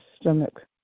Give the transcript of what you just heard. stomach